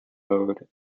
mode